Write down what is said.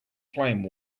flame